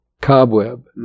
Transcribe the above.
cobweb